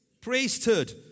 priesthood